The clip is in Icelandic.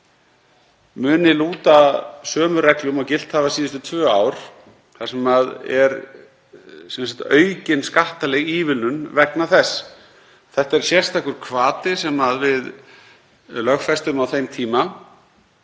muni lúta sömu reglum og gilt hafa síðustu tvö ár þar sem er aukin skattaleg ívilnun vegna þess. Þetta er sérstakur hvati sem við lögfestum á þeim tíma,